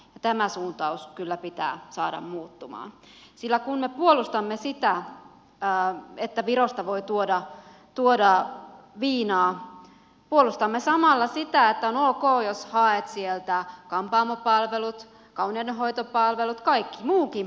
tämä suuntaus kyllä pitää saada muuttumaan sillä kun me puolustamme sitä että virosta voi tuoda viinaa puolustamme samalla sitä että on ok jos haet sieltä kampaamopalvelut kauneudenhoitopalvelut kaikki muutkin palvelut